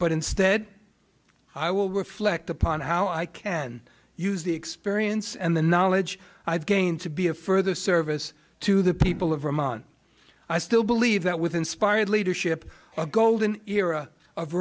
but instead i will reflect upon how i can use the experience and the knowledge i've gained to be a further service to the people of vermont i still believe that with inspired leadership a golden era of